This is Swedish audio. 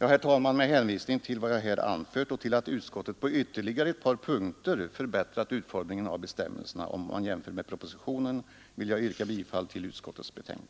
Herr talman! Med hänvisning till vad jag här anfört och till att utskottet på ytterligare ett par punkter förbättrat utformningen av bestämmelserna i jämförelse med propositionen vill jag yrka bifall till utskottets hemställan.